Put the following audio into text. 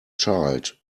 child